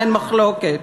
אין מחלוקת.